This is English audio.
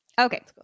Okay